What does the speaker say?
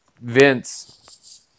Vince